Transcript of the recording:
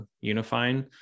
unifying